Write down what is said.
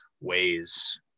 ways